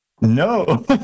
No